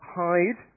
hide